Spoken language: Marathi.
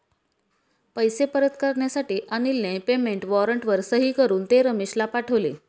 पैसे परत करण्यासाठी अनिलने पेमेंट वॉरंटवर सही करून ते रमेशला पाठवले